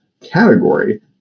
category